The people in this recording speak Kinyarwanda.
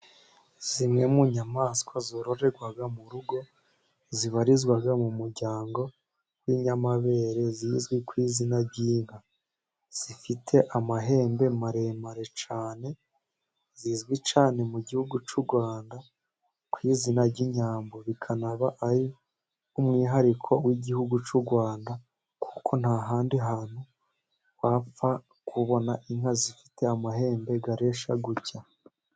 zimwe mu nyamaswa zororerwaga mu rugo, zibarizwa mu muryango w'inyamabere, zizwi ku izina ry'inka, zifite amahembe maremare cyane, zizwi cyane mu gihugu cy'u Rwanda ku izina ry'inyambo, bikanaba ari umuwihariko w'igihugu cy'u Rwanda, kuko ntahandi hantu, wapfa kubona inka, zifite amahembe aresha gucya.